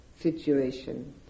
situation